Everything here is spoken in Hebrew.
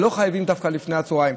ולא חייבים דווקא לפני הצוהריים,